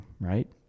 right